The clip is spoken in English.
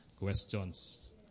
questions